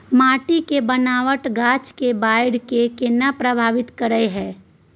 माटी के बनावट गाछ के बाइढ़ के केना प्रभावित करय हय?